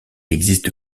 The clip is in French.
existe